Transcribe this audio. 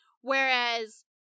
whereas